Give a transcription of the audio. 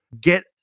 Get